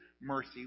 mercy